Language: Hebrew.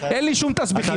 אין לי שום תסביכים.